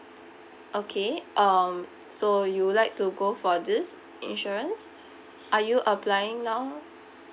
okay um so you would like to go for this insurance are you applying now